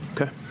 Okay